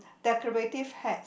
decorative hat